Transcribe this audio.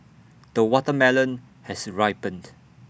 the watermelon has ripened